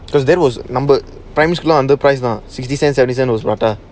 because that was numbered primary lah underpriced sixty cents seventy cents prata